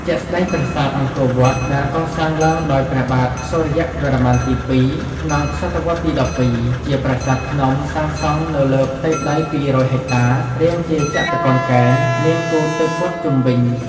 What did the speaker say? ជាក់ស្តែងប្រាសាទអង្គរវត្ត ដែលកសាងឡើងដោយព្រះបាទ សូរ្យវរ្ម័នទី ២ ក្នុងសតវត្សទី១២ ជាប្រាសាទភ្នំសាងសង់នៅលើផ្ទៃដី២០០ហិចតា រាងជាចតុកោណកែង មានគូទឹកព័ទ្ធជុំវិញ។